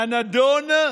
"הנדון: